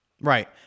Right